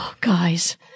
guys